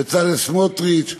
בצלאל סמוטריץ,